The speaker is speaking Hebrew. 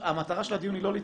המטרה של הדיון היא לא להתנגח.